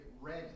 ready